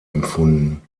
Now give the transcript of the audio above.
empfunden